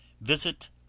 visit